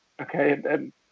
Okay